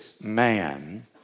man